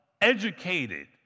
educated